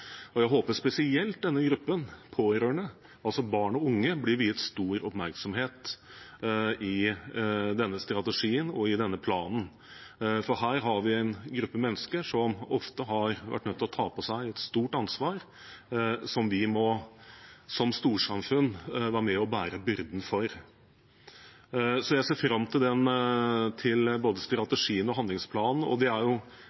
Jeg håper spesielt denne gruppen pårørende, altså barn og unge, blir viet stor oppmerksomhet i denne strategien og denne planen, for her har vi en gruppe mennesker som ofte har vært nødt til å ta på seg et stort ansvar, som vi som storsamfunn må være med og bære byrden for. Jeg ser fram til både strategien og handlingsplanen, og det er